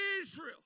Israel